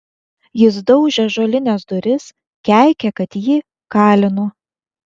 jis daužė ąžuolines duris keikė kad jį kalinu